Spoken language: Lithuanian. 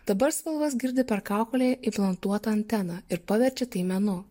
dabar spalvas girdi per kaukolę implantuota antena ir paverčia tai menu